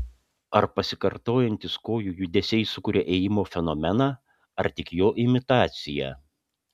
ar pasikartojantys kojų judesiai sukuria ėjimo fenomeną ar tik jo imitaciją